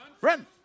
Run